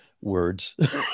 words